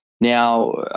Now